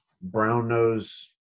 brown-nose